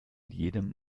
jedem